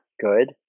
good